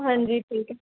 ਹਾਂਜੀ ਠੀਕ ਹੈ